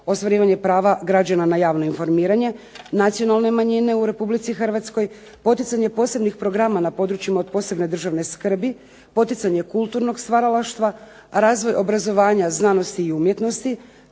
ostvarivanje prava građana na javno informiranje, nacionalne manjine u Republici Hrvatske, poticanje posebnih programa na područjima od posebne državne skrbi, poticanje kulturnog stvaralaštva, razvoj obrazovanja, znanosti i umjetnosti